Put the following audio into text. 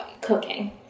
cooking